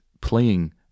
playing